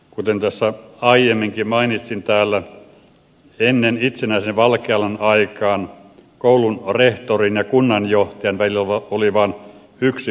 kuten tässä aiemminkin mainitsin täällä ennen itsenäisen valkealan aikaan koulun rehtorin ja kunnanjohtajan välillä oli vain yksi virkaporras